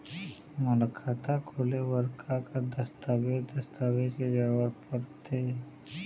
मोला खाता खोले बर का का दस्तावेज दस्तावेज के जरूरत पढ़ते?